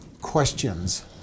questions